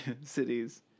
Cities